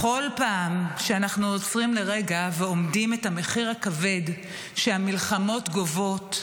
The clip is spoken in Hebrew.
בכל פעם שאנחנו עוצרים לרגע ואומדים את המחיר הכבד שהמלחמות גובות,